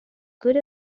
good